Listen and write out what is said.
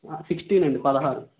sixteen అండి పదహారు